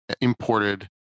imported